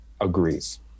agrees